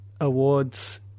Awards